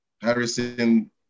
Harrison